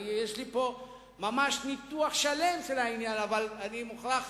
יש לי פה ממש ניתוח שלם של העניין, אבל אני מוכרח